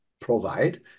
provide